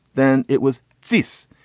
then it was cease.